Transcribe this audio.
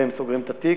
והם סוגרים את התיק,